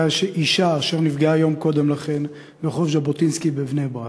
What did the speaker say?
אישה אשר נפגעה יום קודם לכן ברחוב ז'בוטינסקי בבני-ברק.